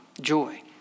joy